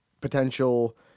potential